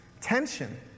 Tension